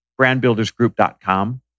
brandbuildersgroup.com